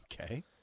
Okay